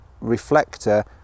reflector